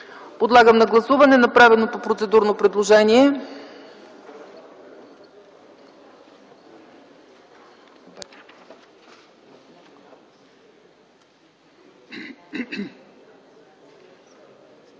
Подлагам на гласуване направеното процедурно предложение.